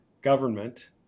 government